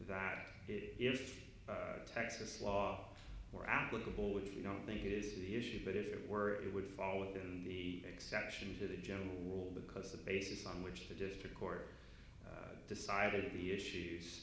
that if texas law were applicable which you don't think is the issue but if it were it would fall within the exceptions to the general rule because the basis on which the district court decided the